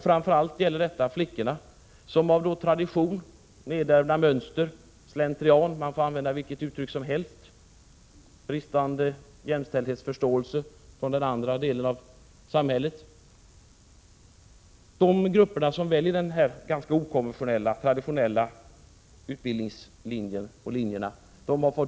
Framför allt gäller detta flickor som av tradition, nedärvda mönster, slentrian och bristande förståelse ute i samhället för jämställdheten väljer vissa ganska konventionella linjer.